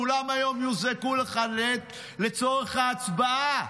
כולם היום יוזעקו לכאן לצורך ההצבעה.